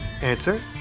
Answer